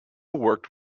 worked